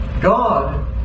God